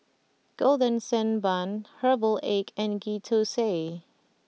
Golden Sand Bun Herbal Egg and Ghee Thosai